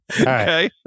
Okay